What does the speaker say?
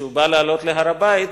כשהוא בא לעלות להר-הבית,